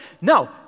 No